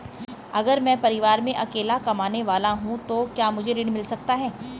अगर मैं परिवार में अकेला कमाने वाला हूँ तो क्या मुझे ऋण मिल सकता है?